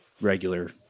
regular